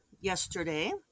yesterday